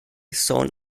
sôn